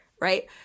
right